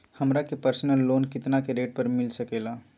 हमरा के personal loan कितना के रेट पर मिलता सके ला?